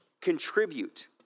Contribute